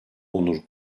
onur